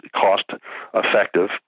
cost-effective